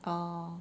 orh